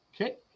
Okay